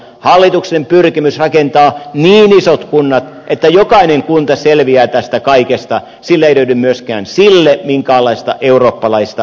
hallituksen pyrkimykselle rakentaa niin isot kunnat että jokainen kunta selviää tästä kaikesta ei löydy myöskään minkäänlaista eurooppalaista vastinetta